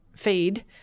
feed